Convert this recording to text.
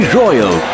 royal